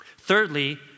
Thirdly